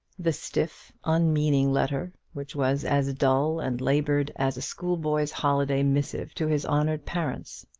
the stiff unmeaning letter, which was as dull and laboured as a schoolboy's holiday missive to his honoured parents.